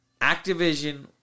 Activision